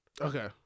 Okay